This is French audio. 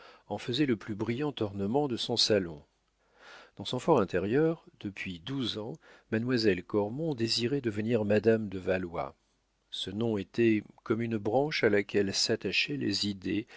en faisaient le plus brillant ornement de son salon dans son for intérieur depuis douze ans mademoiselle cormon désirait devenir madame de valois ce nom était comme une branche à laquelle s'attachaient les idées